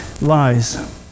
lies